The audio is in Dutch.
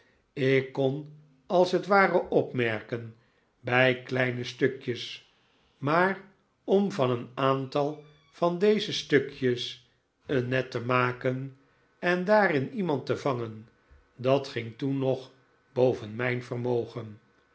ik kon als het ware opmerken bij kleine stukjes maar om van een aantal van deze stukjes een net te maken en daarin iemand te vangen dat ging toen nog boven mijn vermogen